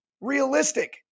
realistic